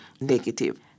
negative